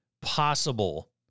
possible